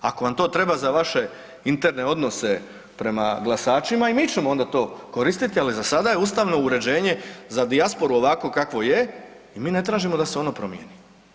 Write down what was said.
Ako vam to treba za vaše interne odnose prema glasačima i mi ćemo onda to koristiti, ali za sada je ustavno uređenje za dijasporu ovakvo kakvo je i mi ne tražimo da se ono promijeni.